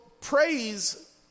praise